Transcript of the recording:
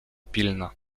pilna